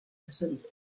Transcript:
descended